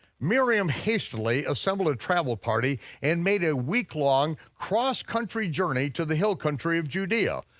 miriam hastily assembled a travel party and made a week-long cross country journey to the hill country of judea,